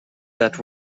that